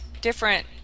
different